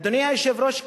אדוני היושב-ראש,